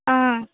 ஆ